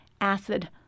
acid